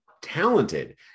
talented